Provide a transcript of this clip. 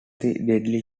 deadly